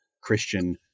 Christian